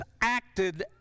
acted